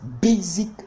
basic